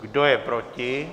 Kdo je proti?